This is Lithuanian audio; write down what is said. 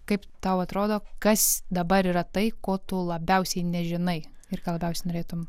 kaip tau atrodo kas dabar yra tai ko tu labiausiai nežinai ir ką labiausiai norėtum